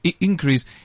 increase